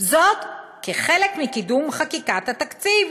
כחלק מקידום חקיקת התקציב,